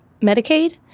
Medicaid